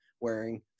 wearing